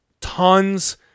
tons